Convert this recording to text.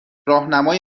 راهنمای